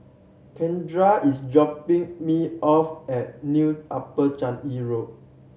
Kindra is dropping me off at New Upper Changi Road